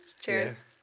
Cheers